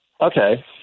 okay